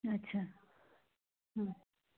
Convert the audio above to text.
আচ্ছা